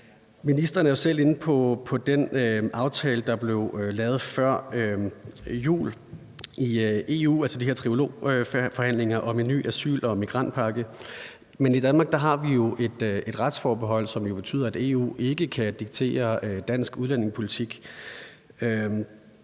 Ministeren er jo selv inde på den aftale, der blev lavet i EU før jul, altså de her trilogforhandlinger om en ny asyl- og migrantpagt. Men i Danmark har vi jo et retsforbehold, som betyder, at EU ikke kan diktere dansk udlændingepolitik.